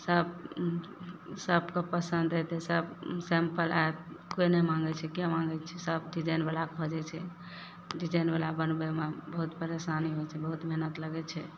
सब सबके पसन्द अयतय सब सिम्पल आब कोइ नहि माँगय छै के माँगय छै सब डिजाइनवला खोजय छै डिजाइनवला बनबयमे बहुत परेशानी होइ छै बहुत मेहनत लगय छै